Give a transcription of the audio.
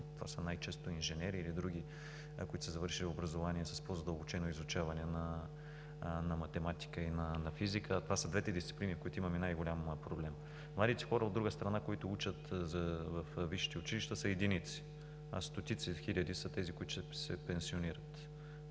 Това са най-често инженери или други, които са завършили образование с по-задълбочено изучаване на математика и на физика, а това са двете дисциплини, в които имаме най-голям проблем. От друга страна, младите хора, които учат във висшите училища, са единици, а стотици хиляди са тези, които ще се пенсионират